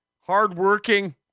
hardworking